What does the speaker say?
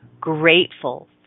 grateful